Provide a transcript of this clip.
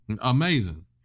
Amazing